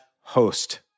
host